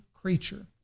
creature